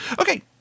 Okay